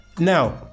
Now